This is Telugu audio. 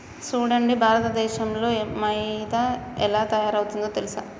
సూడండి భారతదేసంలో మైదా ఎలా తయారవుతుందో తెలుసా